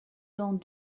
dans